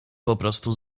poprostu